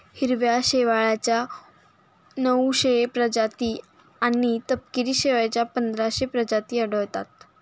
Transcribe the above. हिरव्या शेवाळाच्या नऊशे प्रजाती आणि तपकिरी शेवाळाच्या पंधराशे प्रजाती आढळतात